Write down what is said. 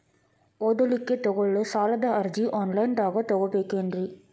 ಓದಲಿಕ್ಕೆ ತಗೊಳ್ಳೋ ಸಾಲದ ಅರ್ಜಿ ಆನ್ಲೈನ್ದಾಗ ತಗೊಬೇಕೇನ್ರಿ?